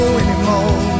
anymore